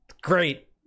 Great